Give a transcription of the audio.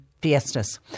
Fiestas